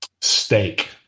Steak